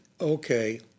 okay